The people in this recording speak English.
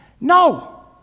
No